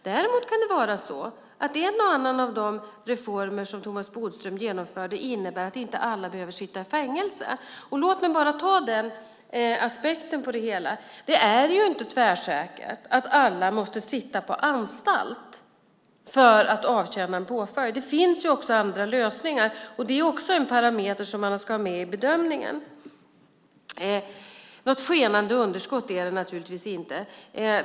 Däremot kan det vara så att en och annan av de reformer som Thomas Bodström genomförde innebär att inte alla behöver sitta i fängelse. Låt mig bara ta den aspekten på det hela. Det är inte tvärsäkert att alla måste sitta på anstalt för att avtjäna en påföljd, utan det finns andra lösningar. Det är också en parameter som man ska ha med i bedömningen. Något skenande underskott är det naturligtvis inte.